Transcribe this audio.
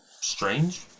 Strange